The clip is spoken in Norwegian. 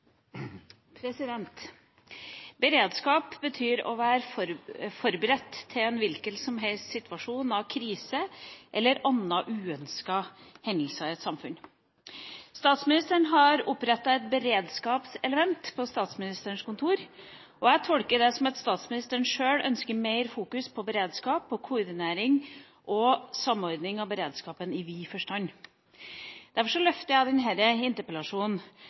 sete. Beredskap betyr å være forberedt på en hvilken som helst krisesituasjon eller andre uønskede hendelser i et samfunn. Statsministeren har opprettet et beredskapselement på Statsministerens kontor, og jeg tolker det som at statsministeren sjøl ønsker mer fokus på beredskap, koordinering og samordning av beredskapen i vid forstand. Derfor løfter jeg denne interpellasjonen for å se mer helhetlig på beredskapen, se på den